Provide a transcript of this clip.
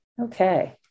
Okay